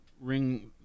ring